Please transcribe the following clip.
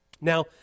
Now